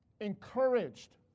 encouraged